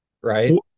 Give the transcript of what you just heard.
right